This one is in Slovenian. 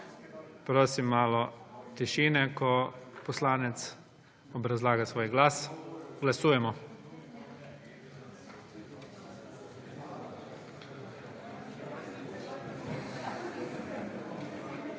Prosim malo tišine, ko poslanec obrazlaga svoj glas. Glasujemo.